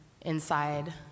inside